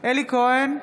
אלי כהן,